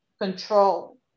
control